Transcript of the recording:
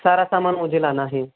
सारा सामान मुझे लाना है